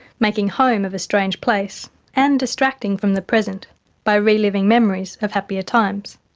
making home of a strange place and distracting from the present by reliving memories of happier times.